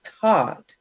taught